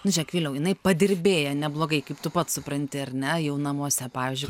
nu žiūrėk vyliau jinai padirbėjo neblogai kaip tu pats supranti ar ne jau namuose pavyzdžiui